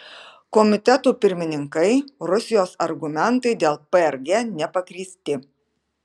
komitetų pirmininkai rusijos argumentai dėl prg nepagrįsti